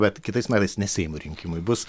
bet kitais metais ne seimo rinkimai bus